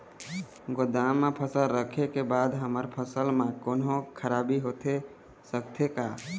गोदाम मा फसल रखें के बाद हमर फसल मा कोन्हों खराबी होथे सकथे का?